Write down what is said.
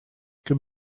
good